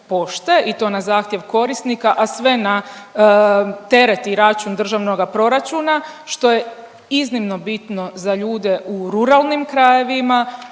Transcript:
i to na zahtjev korisnika, a sve na teret i račun Državnoga proračuna, što je iznimno bitno za ljude u ruralnim krajevima,